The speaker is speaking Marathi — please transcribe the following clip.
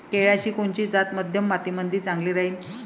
केळाची कोनची जात मध्यम मातीमंदी चांगली राहिन?